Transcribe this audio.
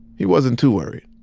he wasn't too worried.